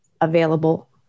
available